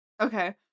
Okay